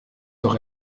doch